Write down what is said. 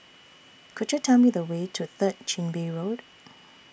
Could YOU Tell Me The Way to Third Chin Bee Road